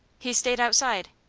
he stayed outside.